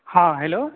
हँ हेलो